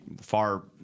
far